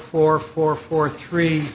four four four three